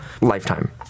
lifetime